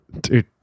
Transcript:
Dude